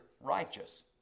righteous